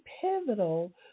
pivotal